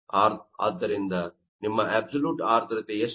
ಆದ್ದರಿಂದ ನಿಮ್ಮ ಅಬ್ಸಲ್ಯೂಟ್ ಆರ್ದ್ರತೆ ಎಷ್ಟು